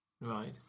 Right